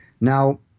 Now